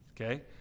Okay